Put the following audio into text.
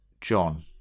john